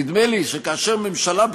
נדמה לי שכאשר ממשלה,